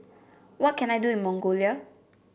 what can I do in Mongolia